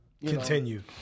Continue